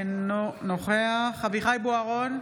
אינו נוכח אביחי אברהם בוארון,